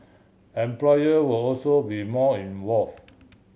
employer will also be more involve